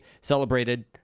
celebrated